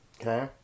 Okay